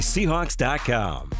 Seahawks.com